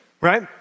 right